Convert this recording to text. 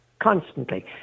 constantly